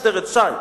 משטרת ש"י.